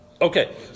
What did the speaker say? Okay